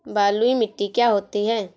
बलुइ मिट्टी क्या होती हैं?